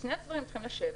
שני הצדדים צריכים לשבת.